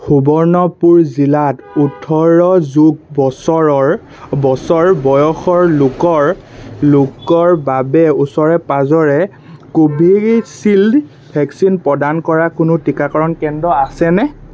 সুবৰ্ণপুৰ জিলাত ওঠৰ যোগ বছৰ বয়স অ' বয়সৰ লোকৰ লোকৰ বাবে ওচৰে পাঁজৰে কোভিচিল্ড ভেকচিন প্ৰদান কৰা কোনো টীকাকৰণ কেন্দ্ৰ আছেনে